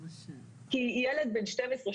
כי ילד בן 12,